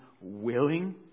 willing